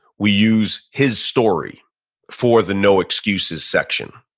we use his story for the no excuses section.